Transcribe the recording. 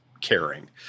caring